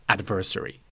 Adversary